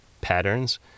patterns